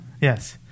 Yes